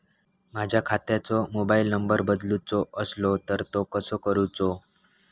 माझ्या खात्याचो mobile number बदलुचो असलो तर तो कसो करूचो?